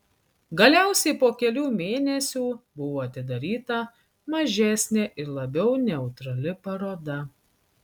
galiausiai po kelių mėnesių buvo atidaryta mažesnė ir labiau neutrali paroda